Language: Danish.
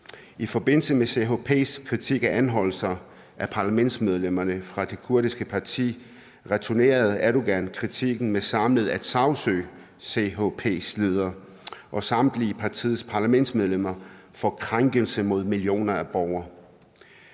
I forbindelse med CHP's kritik af anholdelser af parlamentsmedlemmerne fra det kurdiske parti returnerede Erdogan kritikken med samlet at sagsøge CHP's ledere og samtlige partiets parlamentsmedlemmer for krænkelse af millioner af borgere.